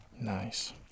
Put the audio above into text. Nice